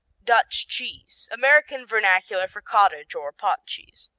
dutch cheese american vernacular for cottage or pot cheese.